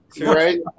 Right